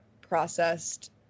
processed